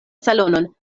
salonon